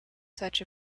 such